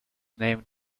named